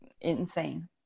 insane